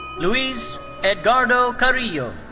luis edgardo carrillo.